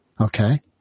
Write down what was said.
Okay